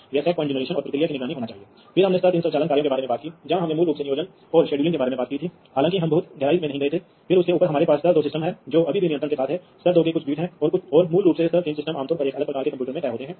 और या तो आप इसे कनेक्ट कर सकते हैं या आप उन डिवाइसों को कनेक्ट कर सकते हैं जो सीधे नेटवर्क से कनेक्ट करने योग्य नहीं हैं जिनकी मदद से रिमोट I ब्लॉक राइट के रूप में जाना जाता है